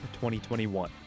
2021